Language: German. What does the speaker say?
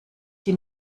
die